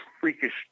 freakish